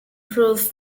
proof